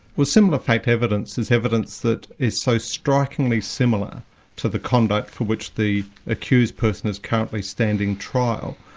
well similar fact evidence is evidence that is so strikingly similar to the conduct for which the accused person is currently standing trial,